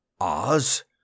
oz